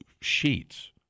sheets